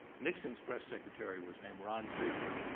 nixon's press secretary was named ron ziegler